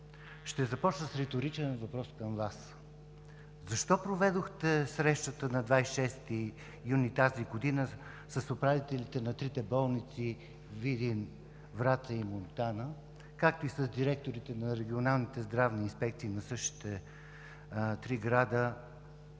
ще започна с риторичен въпрос към Вас: защо проведохте срещата на 26 юни тази година с управителите на трите болници – Видин, Враца и Монтана, както и с директорите на регионалните здравни инспекции на същите три града,